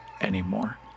anymore